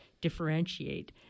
differentiate